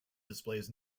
displays